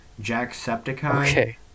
Jacksepticeye